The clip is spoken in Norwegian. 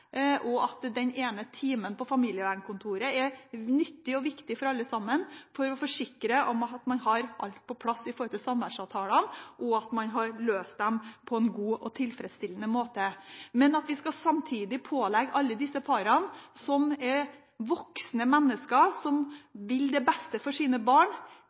og at den ene timen på familievernkontoret er nyttig og viktig for alle sammen for å forsikre seg om at man har alt på plass når det gjelder samværsavtalene, og at man har løst dem på en god og tilfredsstillende måte. At vi da samtidig skal pålegge alle disse parene – som er voksne mennesker, og som vil det beste for sine barn